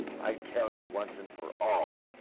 i tell you once and for all,